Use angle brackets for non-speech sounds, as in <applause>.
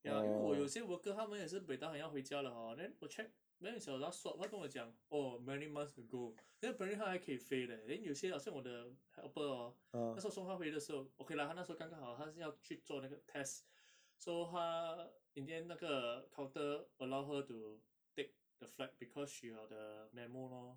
ya 因为我有些 worker 他们也是 buay tahan 要回家了 hor then 我 check when is your last swab 他跟我讲 oh many months ago then apparently 他还可以飞 leh then 有些好像我的 helper hor 那个时候我送她回的时候 okay lah 她那时候刚刚好她是要去做那个 test <breath> so 她 in the end 那个 counter allow her to take the flight because she got the memo lor